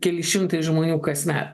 keli šimtai žmonių kasmet